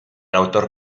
autor